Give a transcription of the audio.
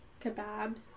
kebabs